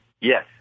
Yes